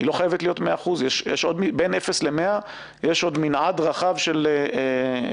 היא לא חייבת להיות 100%. בין אפס למאה יש מנעד רחב של מספרים.